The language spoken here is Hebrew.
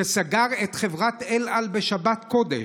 שסגר את חברת אל על בשבת קודש,